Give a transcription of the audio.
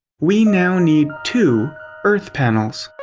we now need two earth panels.